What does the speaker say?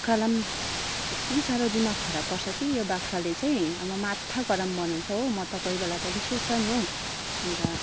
बाख्रालाई पनि यत्ति साह्रो दिमाग खराब गर्छ कि यो बाख्राले चाहिँ अब माथा गरम बनाउँछ हो म त कोही बेला त रिस उठ्छ नि हौ अन्त